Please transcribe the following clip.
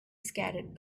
scattered